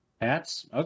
Hats